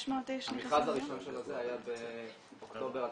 איש --- המכרז הראשון של זה היה באוקטובר 2015,